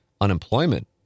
unemployment